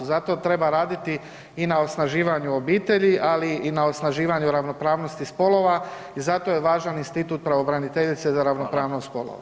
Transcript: Zato treba raditi i na osnaživanju obitelji, ali i na osnaživanju ravnopravnosti spolova i zato je važan institut pravobraniteljice za ravnopravnost spolova.